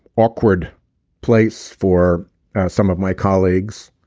awkward place for some of my colleagues.